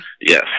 Yes